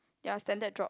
ya standard drop